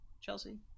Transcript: chelsea